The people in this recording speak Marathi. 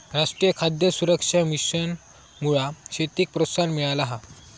राष्ट्रीय खाद्य सुरक्षा मिशनमुळा शेतीक प्रोत्साहन मिळाला हा